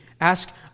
ask